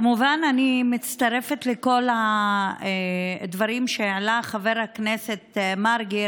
כמובן אני מצטרפת לכל הדברים שהעלה חבר הכנסת מרגי,